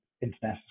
international